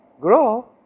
grow